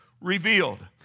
revealed